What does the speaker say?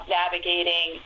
navigating